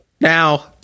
now